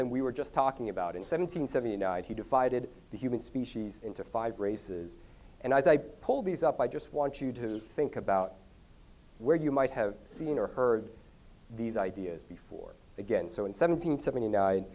than we were just talking about in seven hundred seventy nine he divided the human species into five races and as i pulled these up i just want you to think about where you might have seen or heard these ideas before again so in seven hundred seventy nine